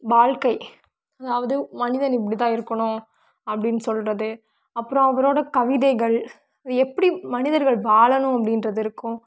வாழ்க்கை அதாவது மனிதன் இப்படிதான் இருக்கணும் அப்படின்னு சொல்கிறது அப்புறம் அவரோட கவிதைகள் அது எப்படி மனிதர்கள் வாழணும் அப்படின்றது இருக்கும்